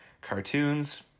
cartoons